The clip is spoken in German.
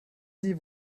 sie